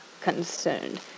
concerned